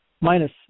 minus